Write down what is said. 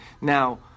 Now